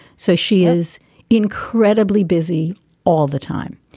so she is incredibly busy all the time.